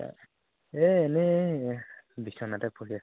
তা এই এনেই বিচনাতে পঢ়ি আছোঁ